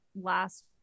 last